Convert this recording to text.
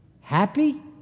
happy